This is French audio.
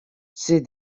ces